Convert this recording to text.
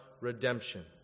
redemption